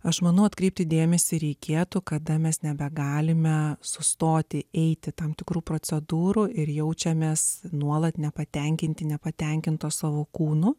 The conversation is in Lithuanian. aš manau atkreipti dėmesį reikėtų kada mes nebegalime sustoti eiti tam tikrų procedūrų ir jaučiamės nuolat nepatenkinti nepatenkintos savo kūnu